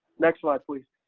next slide, please.